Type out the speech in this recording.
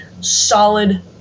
solid